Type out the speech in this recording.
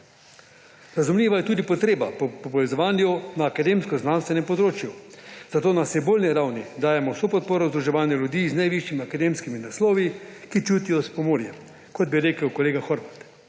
Razumljiva je tudi potreba po povezovanju na akademsko-znanstvenem področju, zato na simbolni ravni dajemo vso podporo združevanju ljudi z najvišjimi akademskimi naslovi, ki čutijo s Pomurjem, kot bi rekel kolega Horvat.